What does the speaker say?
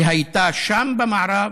שהייתה שם במערב,